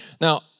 Now